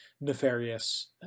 nefarious